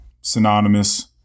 synonymous